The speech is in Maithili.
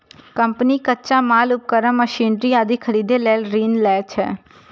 कंपनी कच्चा माल, उपकरण, मशीनरी आदि खरीदै लेल ऋण लै छै